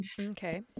Okay